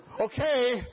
Okay